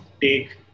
take